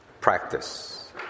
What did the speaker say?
practice